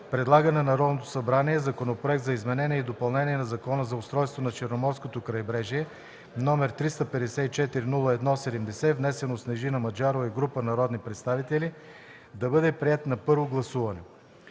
предлага на Народното събрание Законопроект за изменение и допълнение на Закона за устройството на Черноморското крайбрежие, № 354-01-72, внесен от Снежина Маджарова и група народни представители, да бъде приет на първо гласуване;